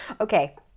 Okay